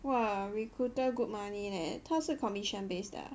!wah! recruiter good money leh 她是 commission based 的 ah